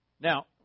Now